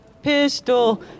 pistol